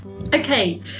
Okay